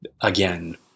again